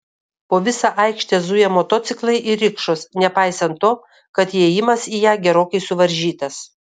po visą aikštę zuja motociklai ir rikšos nepaisant to kad įėjimas į ją gerokai suvaržytas